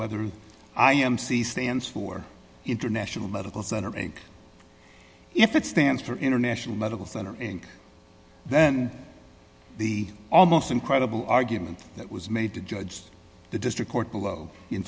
whether i am c stands for international medical center and if it stands for international medical center and then the almost incredible argument that was made to judge the district court below in